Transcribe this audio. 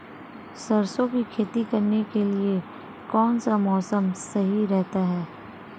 सरसों की खेती करने के लिए कौनसा मौसम सही रहता है?